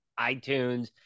iTunes